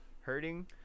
hurting